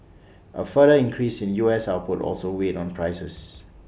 A further increase in U S output also weighed on prices